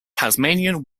tasmanian